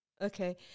Okay